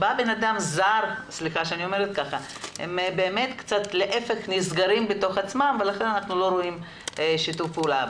כשבא אדם זר הם באמת נסגרים בתוך עצמם ולכן אנחנו לא רואים שיתוף פעולה.